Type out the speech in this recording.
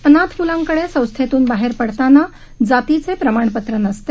अनाथ मुलांकडे संस्थेतून बाहेर पडताना जातीचे प्रमाणपत्र नसते